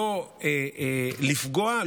לא לפגוע,